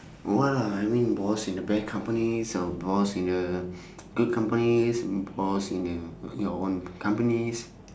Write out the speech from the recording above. what ah I mean boss in the bad companies or boss in the uh good companies boss in the your own companies